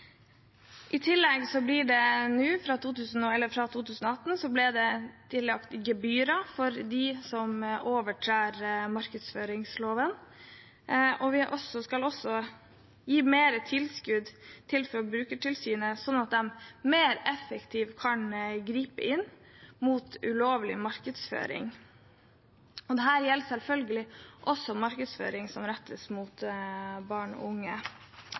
I tillegg ble det fra 2018 ilagt gebyrer for dem som overtrer markedsføringsloven. Vi skal også gi større tilskudd til Forbrukertilsynet, slik at de mer effektivt kan gripe inn mot ulovlig markedsføring. Dette gjelder selvfølgelig også markedsføring som rettes mot barn og unge.